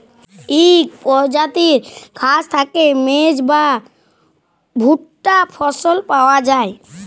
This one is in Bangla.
ইকট পরজাতির ঘাঁস থ্যাইকে মেজ বা ভুট্টা ফসল পাউয়া যায়